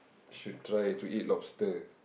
should try to eat lobster